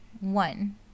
one